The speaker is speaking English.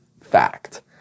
fact